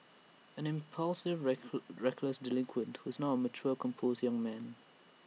an impulsive reck reckless delinquent who is now A mature composed young man